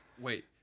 Wait